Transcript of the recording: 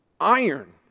Iron